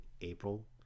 April